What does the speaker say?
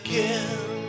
Again